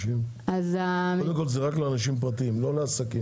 קודם כל זה רק לאנשים פרטיים, לא לעסקים.